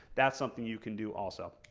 that's something you can do also.